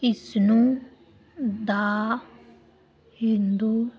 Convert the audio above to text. ਇਸ ਨੂੰ ਦ ਹਿੰਦੂ